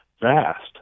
vast